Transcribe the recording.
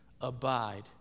abide